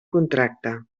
contracte